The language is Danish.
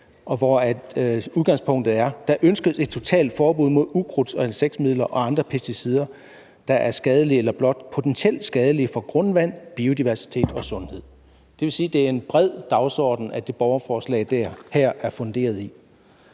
hvor udgangspunktet er, at der ønskes et totalt forbud mod ukrudts- og insektmidler og andre pesticider, der er skadelige eller blot potentielt skadelige for grundvandet, biodiversiteten eller sundheden. Det vil sige, at det er en bred dagsorden, det borgerforslag her er funderet i.